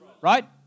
right